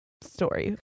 story